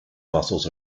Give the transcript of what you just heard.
muscles